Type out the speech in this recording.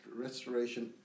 restoration